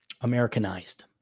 Americanized